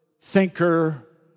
thinker